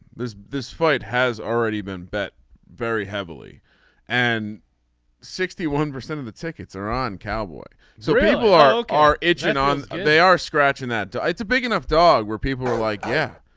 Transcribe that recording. there's this fight has already been bet very heavily and sixty one percent of the tickets are on cowboy. so people are are itching on they are scratching that. it's a big enough dog where people are like yeah.